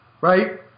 right